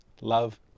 Love